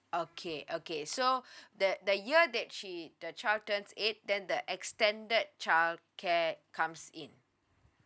okay okay so the the year that she the child turns eight then the extended childcare comes in